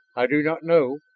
i do not know,